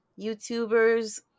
youtubers